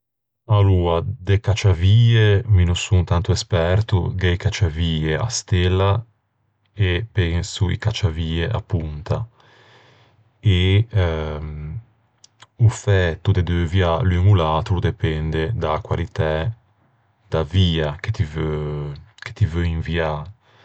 Aloa, de cacciavie mi no son tanto esperto. Gh'é i cacciavie à stella e, penso, i cacciavie à ponta. E o fæto de deuviâ l'un ò l'atro o depende da-a qualitæ da via che ti veu-che ti veu inviâ.